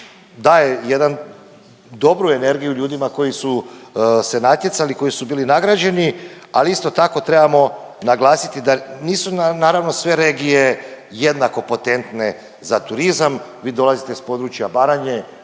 daje jednu dobru energiju ljudima koji su se natjecali, koji su bili nagrađeni, ali isto tako trebamo naglasiti da nisu naravno sve regije jednako potentne za turizam. Vi dolazite iz područja Baranje,